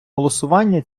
голосування